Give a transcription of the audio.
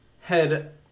head